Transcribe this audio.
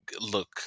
look